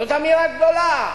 זאת אמירה גדולה,